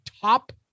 top